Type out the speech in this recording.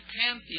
pantheon